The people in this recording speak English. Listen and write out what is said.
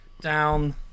down